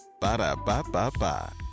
Ba-da-ba-ba-ba